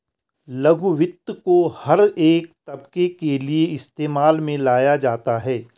लघु वित्त को हर एक तबके के लिये इस्तेमाल में लाया जाता है